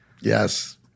Yes